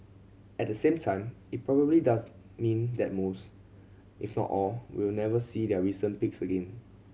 at the same time it probably does mean that most if not all will never see their recent peaks again